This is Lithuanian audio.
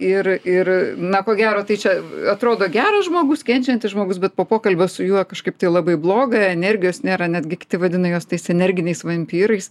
ir ir na ko gero tai čia atrodo geras žmogus kenčiantis žmogus bet po pokalbio su juo kažkaip tai labai bloga energijos nėra netgi kiti vadina juos tais energiniais vampyrais